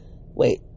Wait